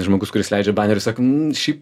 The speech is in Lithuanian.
žmogus kuris leidžia banerius sako nu šiaip